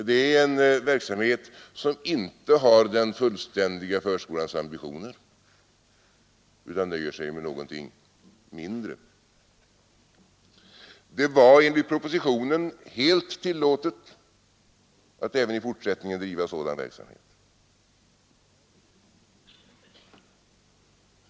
Det är en verksamhet som inte har den fullständiga förskolans ambitioner utan nöjer sig med någonting mindre. Det var enligt propositionen helt tillåtet att även i fortsättningen driva sådan verksamhet.